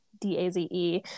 D-A-Z-E